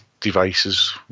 devices